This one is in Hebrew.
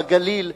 בגליל,